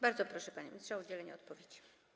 Bardzo proszę, panie ministrze, o udzielenie odpowiedzi.